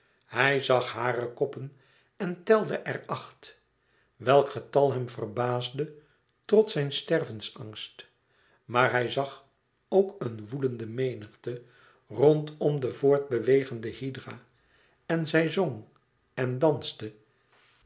hij zag hare koppen en telde er acht welk getal hem verbaasde trots zijn stervensangst maar hij zag ook een woelende menigte rondom de voort bewegende hydra en zij zong en danste